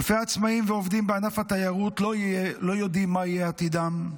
אלפי עצמאים ועובדים בענף התיירות לא יודעים מה יהיה עתידם,